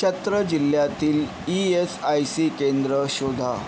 चत्र जिल्ल्यातील E S I C केंद्र शोधा